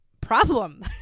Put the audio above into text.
problem